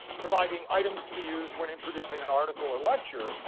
providing items to be used when introducing an article or lecture,